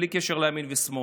בלי קשר לימין ושמאל: